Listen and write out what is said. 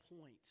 point